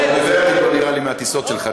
אתה עוד בוורטיגו מהטיסות שלך.